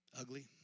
Ugly